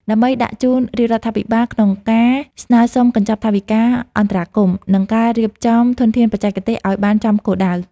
ដើម្បីដាក់ជូនរាជរដ្ឋាភិបាលក្នុងការស្នើសុំកញ្ចប់ថវិកាអន្តរាគមន៍ និងការរៀបចំធនធានបច្ចេកទេសឱ្យបានចំគោលដៅ។